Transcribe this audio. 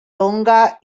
tonga